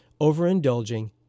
Overindulging